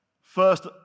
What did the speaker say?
first